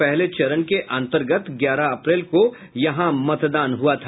पहले चरण के अंतर्गत ग्यारह अप्रैल को यहां मतदान हुआ था